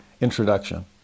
introduction